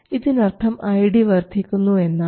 ഇതിനർത്ഥം ID വർദ്ധിക്കുന്നു എന്നാണ്